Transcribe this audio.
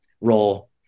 role